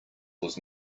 was